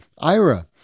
Ira